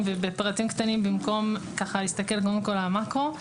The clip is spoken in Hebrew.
ובפרטים קטנים במקום להסתכל קודם כול על המקרו.